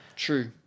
True